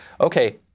Okay